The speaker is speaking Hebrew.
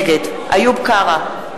נגד איוב קרא,